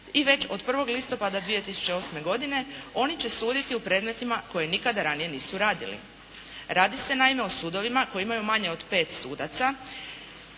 i već od 1. listopada 2008. godine oni će suditi u predmetima koje nikada ranije nisu radili. Radi se naime o sudovima koji imaju manje od pet sudaca,